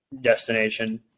destination